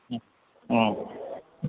മ്മ് മ്മ്